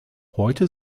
heute